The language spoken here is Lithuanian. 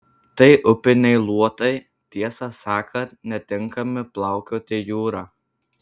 tai upiniai luotai tiesą sakant netinkami plaukioti jūra